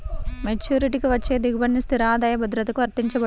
మెచ్యూరిటీకి వచ్చే దిగుబడి స్థిర ఆదాయ భద్రతకు వర్తించబడుతుంది